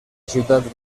ciutat